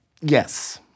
Yes